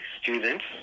students